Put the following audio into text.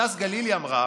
הדס גלילי אמרה,